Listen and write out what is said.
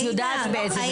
את יודעת על איזה המקרה.